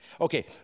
Okay